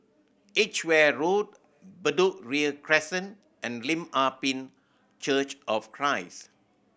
Edgware Road Bedok Ria Crescent and Lim Ah Pin Church of Christ